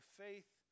faith